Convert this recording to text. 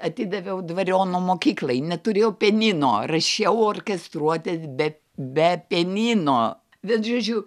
atidaviau dvariono mokyklai neturėjau pianino rašiau orkestruotes be be pianino bet žodžiu